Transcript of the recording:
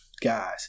guys